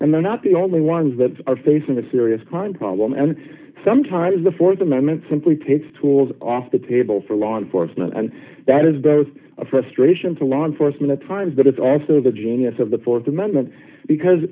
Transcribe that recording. and they're not the only ones that are facing a serious d crime problem and sometimes the th amendment simply takes tools off the table for law enforcement and that is both a frustration for law enforcement at times but it's also the genius of the th amendment because